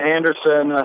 Anderson